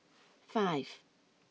five